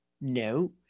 No